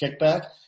kickback